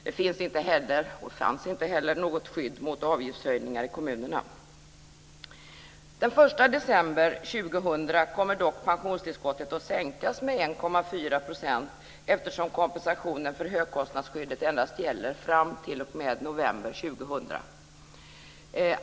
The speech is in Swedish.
Det finns inte heller och fanns inte heller något skydd mot avgiftshöjningar i kommunerna. Den 1 december 2000 kommer dock pensionstillskottet att sänkas med 1,4 %, eftersom kompensationen för högkostnadsskyddet endast gäller fram t.o.m. november 2000.